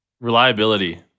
Reliability